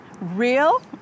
real